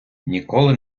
ніколи